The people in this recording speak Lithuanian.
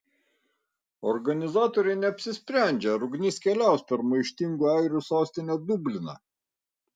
organizatoriai neapsisprendžia ar ugnis keliaus per maištingų airių sostinę dubliną